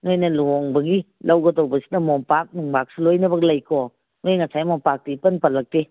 ꯅꯣꯏꯅ ꯂꯨꯍꯣꯡꯕꯒꯤ ꯂꯧꯒꯗꯧꯕꯁꯤꯅ ꯃꯣꯝꯄꯥꯛ ꯅꯨꯡꯄꯥꯛꯁꯨ ꯂꯣꯏꯅꯃꯛ ꯂꯩꯀꯣ ꯅꯣꯏ ꯉꯁꯥꯏ ꯃꯣꯝꯄꯥꯛꯇꯤ ꯏꯄꯟ ꯄꯜꯂꯛꯇꯦ